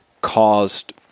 caused